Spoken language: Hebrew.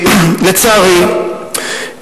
לצערי,